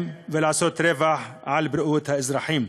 ולעשות רווח על חשבון בריאות האזרחים,